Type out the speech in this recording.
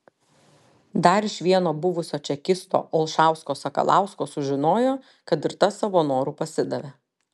dar iš vieno buvusio čekisto olšausko sakalausko sužinojo kad ir tas savo noru pasidavė